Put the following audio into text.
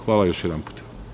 Hvala još jednom.